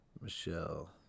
Michelle